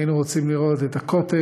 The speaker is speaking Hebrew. והיינו רוצים לראות את הכותל,